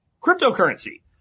cryptocurrency